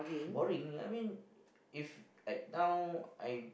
boring I mean if like now I